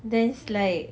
there's like